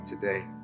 today